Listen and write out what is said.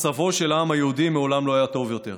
מצבו של העם היהודי מעולם לא היה טוב יותר.